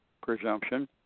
presumption